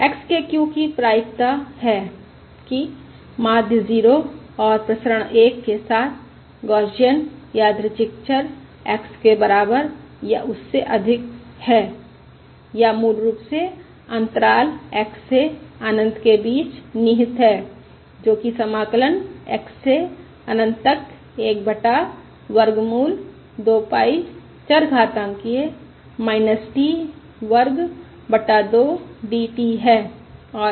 x के q की प्रायिकता है कि माध्य 0 और प्रसरण 1 के साथ गौसियन यादृच्छिक चर x के बराबर या उससे अधिक है या मूल रूप से अंतराल x से अनंत के बीच निहित है जो कि समाकलन x से अनंत तक 1 बटा वर्गमूल 2 पाई चरघातांकिय़ t वर्ग बटा 2 d t है